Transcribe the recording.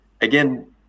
again